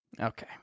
Okay